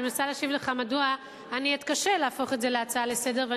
אני מנסה להשיב לך מדוע אני אתקשה להפוך את זה להצעה לסדר-היום,